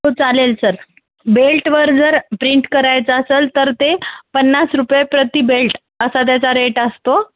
हो चालेल सर बेल्टवर जर प्रिंट करायचं असेल तर ते पन्नास रुपये प्रती बेल्ट असा त्याचा रेट असतो